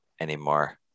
anymore